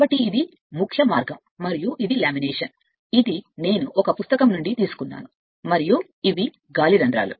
కాబట్టి ఇది ముఖ్య మార్గం మరియు ఇది లామినేషన్ ఇది నేను ఒక పుస్తకం నుండి తీసుకున్నాను మరియు ఇది గాలి రంధ్రాలు